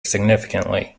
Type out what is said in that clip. significantly